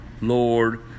Lord